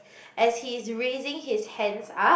as he's raising his hands up